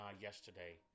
yesterday